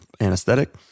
anesthetic